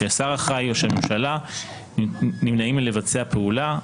שהשר אחראי או הממשלה נמנעים מלבצע פעולה.